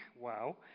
wow